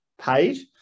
paid